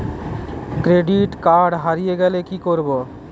Credit card হারিয়ে গেলে কি করব?